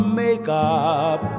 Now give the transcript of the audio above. makeup